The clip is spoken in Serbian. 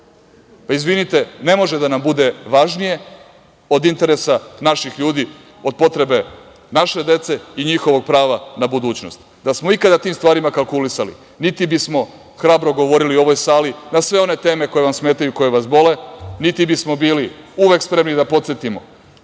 pa, izvinite, ne može da nam bude važnije od interesa naših ljudi, od potrebe naše dece i njihovog prava na budućnost. Da li smo ikada o tim stvarima kalkulisali? Niti bismo hrabro govorili u ovoj sali na sve one teme koje vam smetaju i koje vas bole, niti bismo bili uvek spremni da podsetimo